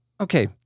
okay